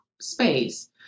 space